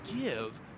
give